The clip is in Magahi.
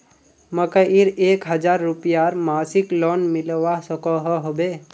मकईर एक हजार रूपयार मासिक लोन मिलवा सकोहो होबे?